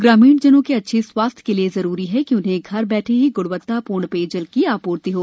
ग्रामीणजनों के अच्छे स्वास्थ्य के लिए जरूरी है कि उन्हें घर बैठे ही गणवत्तापूर्ण पेयजल की आपूर्ति हो